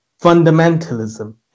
fundamentalism